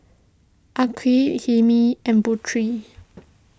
Aqil Hilmi and Putri